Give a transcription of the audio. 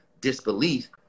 disbelief